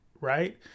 right